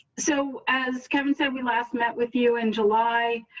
so, as kevin said we last met with you in july.